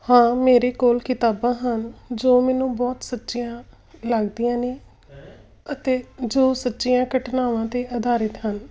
ਹਾਂ ਮੇਰੇ ਕੋਲ ਕਿਤਾਬਾਂ ਹਨ ਜੋ ਮੈਨੂੰ ਬਹੁਤ ਸੱਚੀਆਂ ਲੱਗਦੀਆਂ ਨੇ ਅਤੇ ਜੋ ਸੱਚੀਆਂ ਘਟਨਾਵਾਂ 'ਤੇ ਅਧਾਰਿਤ ਹਨ